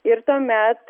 ir tuomet